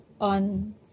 on